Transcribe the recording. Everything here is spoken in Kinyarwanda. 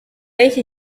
y’iki